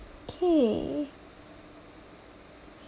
okay